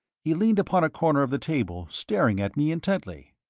he leaned upon a corner of the table, staring at me intently.